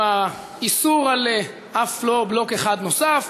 עם האיסור: אף לא בלוק אחד נוסף.